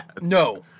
No